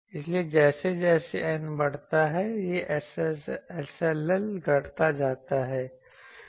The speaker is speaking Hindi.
इसलिए जैसे जैसे N बढ़ता है यह SLL घटता जाता है